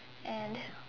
and